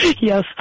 Yes